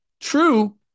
true